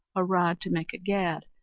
a rod to make a gad,